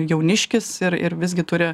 jauniškis ir ir visgi turi